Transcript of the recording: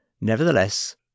Nevertheless